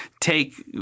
Take